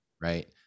right